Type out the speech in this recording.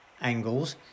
angles